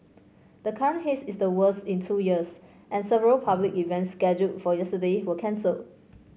the current haze is the worst in two years and several public events scheduled for yesterday were cancelled